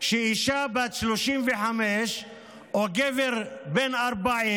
שאישה בת 35 או גבר בן 40,